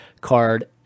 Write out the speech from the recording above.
card